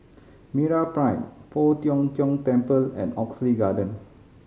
MeraPrime Poh Tiong Kiong Temple and Oxley Garden